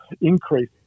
increase